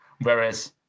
Whereas